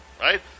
right